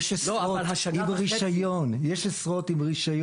יש עשרות עם רישיון וכולי.